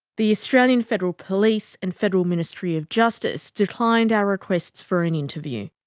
the australian federal police and federal ministry of justice declined our requests for an interview.